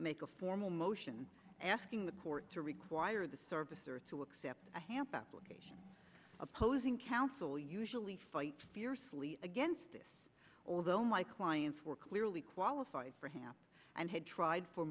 make a formal motion asking the court to require the servicer to accept a ham publications opposing counsel usually fight fiercely against this although my clients were clearly qualified for hamp and had tried fo